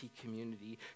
community